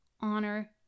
honor